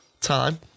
time